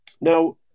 Now